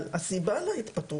אבל הסיבה להתפטרות,